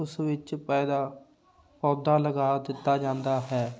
ਉਸ ਵਿੱਚ ਪਹਿਲਾ ਪੌਦਾ ਲਗਾ ਦਿੱਤਾ ਜਾਂਦਾ ਹੈ